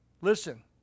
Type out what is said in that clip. Listen